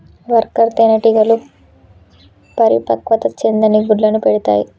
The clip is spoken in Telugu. వర్కర్ తేనెటీగలు పరిపక్వత చెందని గుడ్లను పెడతాయి